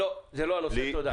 תודה.